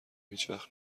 هیچوقت